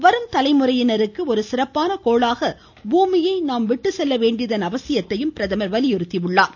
வரும் தலைமுறையினருக்கு ஒரு சிறப்பான கோளாக பூமியை நாம் விட்டுச்செல்ல வேண்டியதன் அவசியத்தையும் பிரதமர் வலியுறுத்தியுள்ளார்